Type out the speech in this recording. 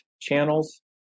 channels